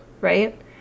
right